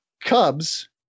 Cubs